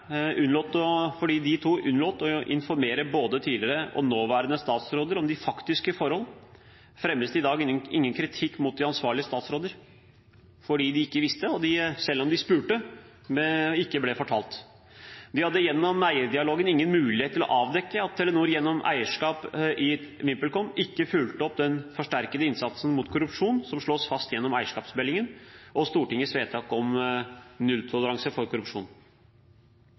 unnlot å informere – og her er sakens kjerne – både tidligere og nåværende statsråder om de faktiske forhold, fremmes det i dag ingen kritikk mot de ansvarlige statsråder, fordi de ikke visste og – selv om de spurte – ikke ble fortalt. De hadde gjennom eierdialogen ingen mulighet til å avdekke at Telenor gjennom eierskap i VimpelCom ikke fulgte opp den forsterkede innsatsen mot korrupsjon som slås fast gjennom eierskapsmeldingen og Stortingets vedtak om nulltoleranse for korrupsjon.